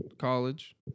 college